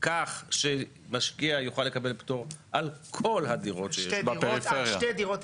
כך שמשקיע יוכל לקבל פטור עד כל הדירות שיש --- עד שתי דירות,